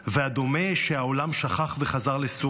ודומה שהעולם שכח וחזר לסורו.